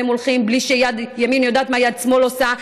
הם הולכים בלי שיד ימין יודעת מה יד שמאל עושה,